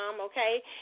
okay